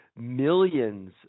millions